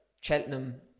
Cheltenham